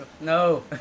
no